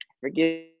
Forgive